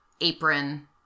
apron